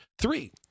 Three